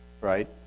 Right